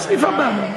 הסעיף הבא.